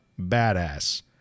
badass